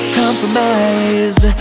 compromise